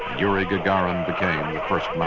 yuri gagarin became the first man